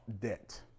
debt